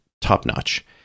top-notch